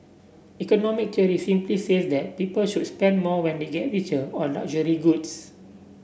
economic theory simply says that people should spend more when they get richer on luxury goods